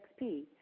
XP